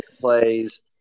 plays